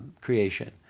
creation